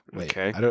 Okay